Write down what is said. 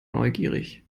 neugierig